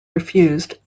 refused